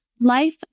Life